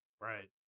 Right